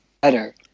better